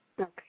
Okay